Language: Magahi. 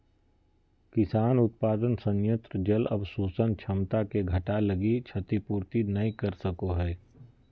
किसान उत्पादन संयंत्र जल अवशोषण क्षमता के घटा लगी क्षतिपूर्ति नैय कर सको हइ